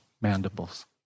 mandibles